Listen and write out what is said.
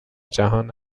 جهان